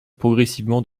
progressivement